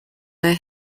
their